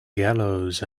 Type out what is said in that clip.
gallows